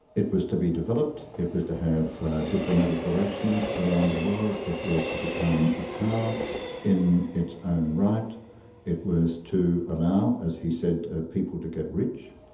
it was to be developed, it was to have diplomatic relations around the world, it was to become a power in its own right it was to allow, as he said, people to get rich,